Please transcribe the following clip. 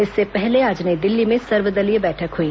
इससे पहले आज नई दिल्ली में सर्वदलीय बैठक हुई